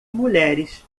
mulheres